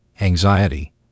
anxiety